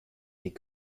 des